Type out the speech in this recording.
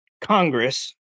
Congress